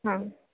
हां